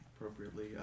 appropriately